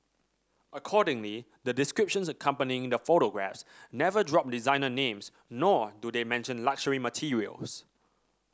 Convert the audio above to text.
accordingly the descriptions accompanying the photographs never drop designer names nor do they mention luxury materials